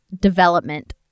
development